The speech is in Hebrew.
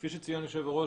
כפי שציין היושב ראש,